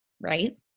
right